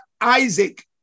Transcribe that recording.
Isaac